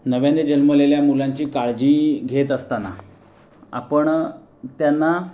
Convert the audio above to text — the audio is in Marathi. नव्याने जन्मलेल्या मुलांची काळजी घेत असताना आपण त्यांना